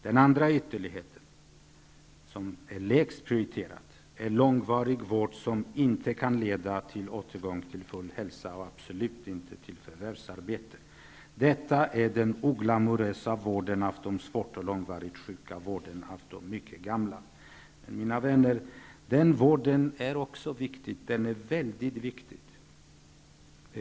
Den andra ytterligheten, som är lägst prioriterad, är långvarig vård som inte kan leda till återgång till full hälsa och absolut inte till förvärvsarbete. Detta är den oglamorösa vården av de svårt och långvarigt sjuka, vården av de mycket gamla. Mina vänner, den vården är också viktig. Den är mycket viktig.